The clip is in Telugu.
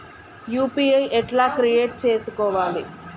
యూ.పీ.ఐ ఎట్లా క్రియేట్ చేసుకోవాలి?